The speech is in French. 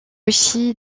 aussi